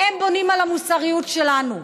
הם בונים על המוסריות שלנו.